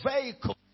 vehicle